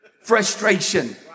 Frustration